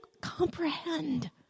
comprehend